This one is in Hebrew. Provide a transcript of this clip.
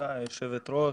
תודה, היושבת ראש.